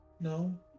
No